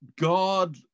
God